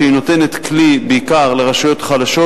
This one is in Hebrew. שהיא נותנת כלי בעיקר לרשויות חלשות,